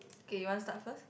okay you want start first